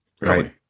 Right